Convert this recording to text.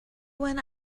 when